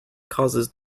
causes